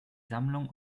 sammlung